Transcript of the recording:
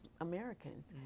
Americans